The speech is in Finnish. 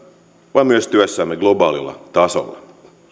vaan myös työssämme globaalilla tasolla